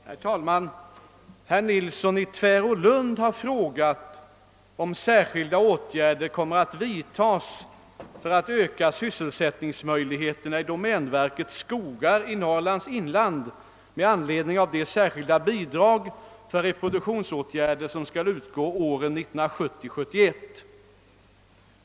Herr talman! Herr Nilsson i Tvärålund har frågat om särskilda åtgärder kommer att vidtas för att öka sysselsättningsmöjligheterna i domänverkets skogar i Norrlands inland med anledning av det särskilda bidrag för reproduktionsåtgärder som skall utgå åren 1970 —1971.